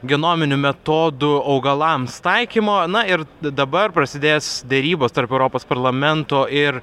genominių metodų augalams taikymo na ir dabar prasidės derybos tarp europos parlamento ir